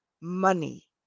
money